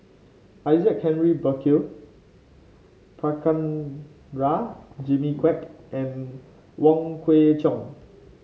Isaac Canry Burkill Prabhakara Jimmy Quek and Wong Kwei Cheong